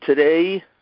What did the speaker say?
Today